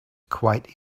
quite